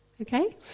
Okay